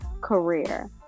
career